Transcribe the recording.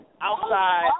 outside